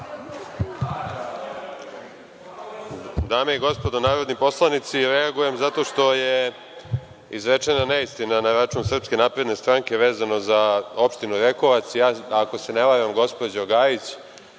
Dame i gospodo narodni poslanici, reagujem zato što je izrečena neistina na račun SNS, vezano za opštinu Rekovac. Ja, ako se ne varam, gospođo Gajić,